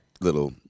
little